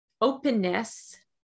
openness